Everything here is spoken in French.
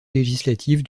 législative